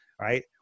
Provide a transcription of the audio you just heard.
right